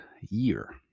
year